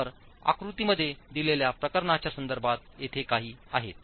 तर आकृतीमध्ये दिलेल्या प्रकरणांच्या संदर्भात येथे काही आहेत